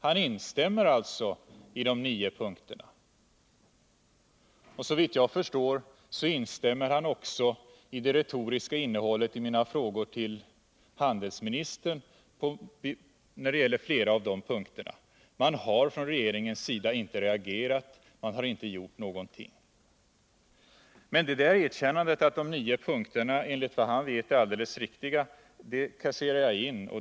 Han instämmer alltså i de nio punkterna, och såvitt jag förstår instämmer han också i det retoriska innehållet i mina frågor till handelsministern när det gäller flera av de punkterna. Regeringen har inte reagerat, den har inte gjort någonting. Erkännandet att de nio punkterna enligt vad Ivar Franzén vet är alldeles riktiga kasserar jag in.